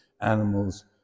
animals